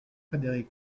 frédéric